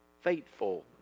Faithful